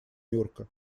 нюрка